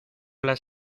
las